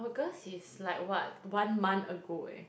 August is like what one month ago eh